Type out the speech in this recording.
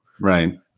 Right